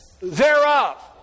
thereof